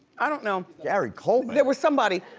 i don't know. gary coleman? there was somebody.